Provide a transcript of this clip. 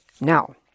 Now